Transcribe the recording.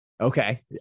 Okay